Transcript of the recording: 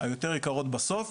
היותר יקרות בסוף.